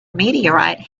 meteorite